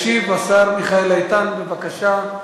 ישיב השר מיכאל איתן, בבקשה.